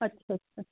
ਅੱਛਾ ਅੱਛਾ